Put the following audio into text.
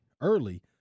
early